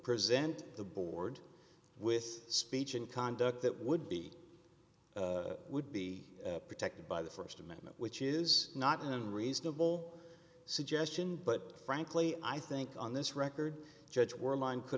present the board with speech and conduct that would be would be protected by the st amendment which is not an unreasonable suggestion but frankly i think on this record judge we're mine could